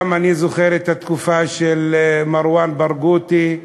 אני גם זוכר את התקופה של מרואן ברגותי.